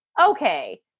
Okay